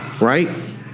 right